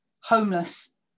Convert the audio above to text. homeless